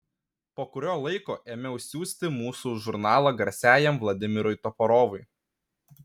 po kurio laiko ėmiau siųsti mūsų žurnalą garsiajam vladimirui toporovui